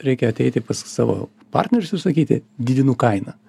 reikia ateiti pas savo partnerius ir sakyti didinu kainą